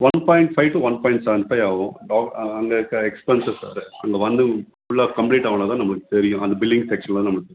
one point five two one point seven five ஆகும் அங்கே இருக்க எக்ஸ்பன்சஸ் ச அங்கே வந்து ஃபுல்லா கம்ப்ளீட் ஆகுன தான் நமக்கு தெரியும் அந்த பில்லிங் செக்ஷன்லாம் நமக்கு